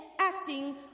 acting